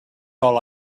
all